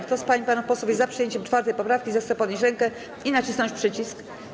Kto z pań i panów posłów jest za przyjęciem 4. poprawki, zechce podnieść rękę i nacisnąć przycisk.